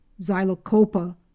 Xylocopa